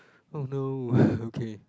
oh no okay